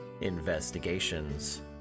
Investigations